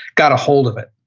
got ahold of it.